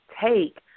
take